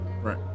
Right